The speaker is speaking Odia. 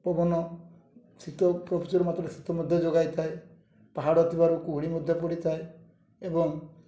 ପବନ ଶୀତ ପ୍ରଚୁର ମାତ୍ରାରେ ଶୀତ ମଧ୍ୟ ଯୋଗାଇଥାଏ ପାହାଡ଼ ଥିବାରୁ କୁହୁଡ଼ି ମଧ୍ୟ ପଡ଼ିଥାଏ ଏବଂ